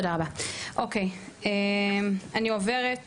תודה רבה אוקיי, אני עוברת